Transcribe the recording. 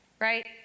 Right